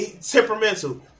temperamental